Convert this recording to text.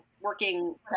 working